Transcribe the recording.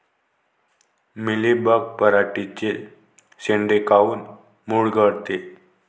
Mealybug पराटीचे चे शेंडे काऊन मुरगळते?